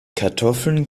kartoffeln